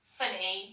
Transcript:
funny